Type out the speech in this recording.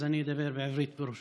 אז אני אדבר בערבית,